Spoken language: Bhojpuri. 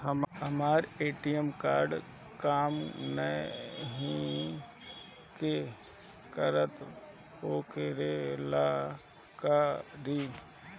हमर ए.टी.एम कार्ड काम नईखे करत वोकरा ला का करी?